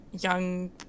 young